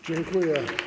Dziękuję.